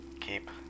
Keep